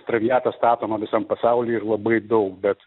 traviata statoma visam pasauly ir labai daug bet